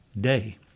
day